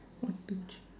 one two three